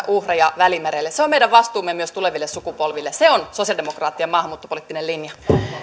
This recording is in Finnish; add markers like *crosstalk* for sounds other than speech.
*unintelligible* uhreja välimerelle se on meidän vastuumme myös tuleville sukupolville se on sosialidemokraattien maahanmuuttopoliittinen linja